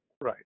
Right